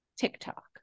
TikTok